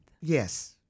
Yes